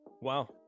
Wow